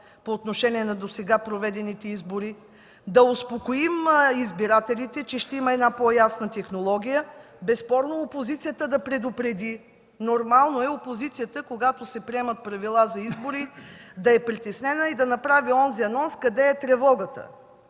по отношение на досега проведените избори. Да успокоим избирателите, че ще има по-ясна технология. Безспорно, опозицията да предупреди – нормално е опозицията, когато се приемат правила за избори, да е притеснена и да направи онзи анонс къде е тревогата,